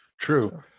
True